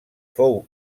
fou